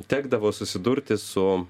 tekdavo susidurti su